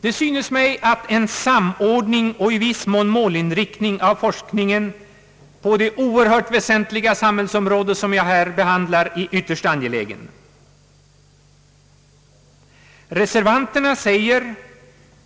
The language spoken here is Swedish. Det synes mig att en samordning och i viss mån målinriktning av forskningen på det oerhört väsentliga samhällsområde som jag här behandlar är ytterst angelägen. Reservanterna säger